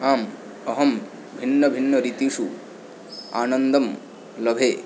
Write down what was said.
आम् अहं भिन्नभिन्न ऋतुषु आनन्दं लभे